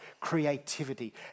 creativity